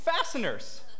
fasteners